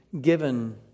given